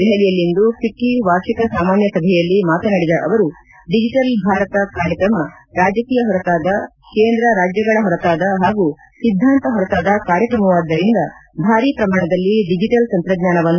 ದೆಹಲಿಯಲ್ಲಿಂದು ಫಿಕ್ಕೆ ವಾರ್ಷಿಕ ಸಾಮಾನ್ಯ ಸಭೆಯಲ್ಲಿ ಮಾತನಾಡಿದ ಅವರು ಡಿಜಿಟಲ್ ಭಾರತ ಕಾರ್ಯಕ್ರಮ ರಾಜಕೀಯ ಹೊರತಾದ ಕೇಂದ್ರ ರಾಜ್ಗಗಳ ಹೊರತಾದ ಹಾಗೂ ಸಿದ್ದಾಂತ ಹೊರತಾದ ಕಾರ್ಯಕ್ರಮವಾದ್ದರಿಂದ ಭಾರೀ ಪ್ರಮಾಣದಲ್ಲಿ ಡಿಜಿಟಲ್ ತಂತ್ರಜ್ಞಾನವನ್ನು ಅವಲಂಬಿಸುವಂತಾಗಿದೆ ಎಂದರು